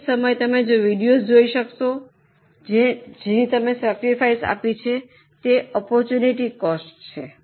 તે જ સમયે તમે વિડિઓઝ જોઈ શકશો તમે જેની સૈક્રફાઇસ આપી છે તે આપર્ટૂનટી કોસ્ટ છે